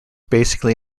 basically